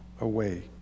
away